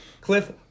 Cliff